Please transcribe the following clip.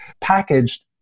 packaged